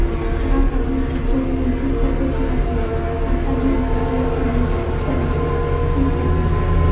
चहा कापणीच्या दोन मूलभूत पद्धती आहेत हाताने उचलणे आणि यांत्रिकी पद्धत